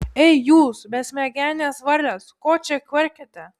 ei jūs besmegenės varlės ko čia kvarkiate